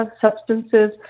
substances